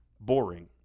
Boring